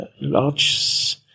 large